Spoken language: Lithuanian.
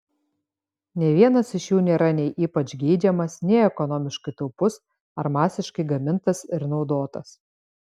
nė vienas iš jų nėra nei ypač geidžiamas nei ekonomiškai taupus ar masiškai gamintas ir naudotas